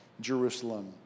Jerusalem